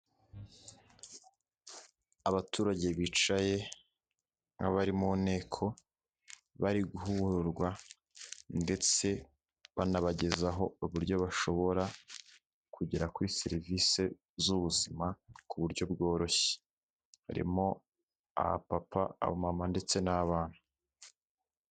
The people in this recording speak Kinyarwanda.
Abaturage bicaye nk'abari mu nteko bari guhugurwa ndetse banabagezaho uburyo bashobora kugera kuri serivisi z'ubuzima ku buryo bworoshye harimo aba papa, aba mama ndetse n'abana.